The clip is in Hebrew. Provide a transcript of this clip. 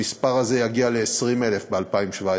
המספר הזה יגיע ל-20,000 ב-2017.